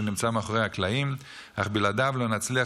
שנמצא מאחורי הקלעים אך בלעדיו לא נצליח